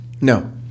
No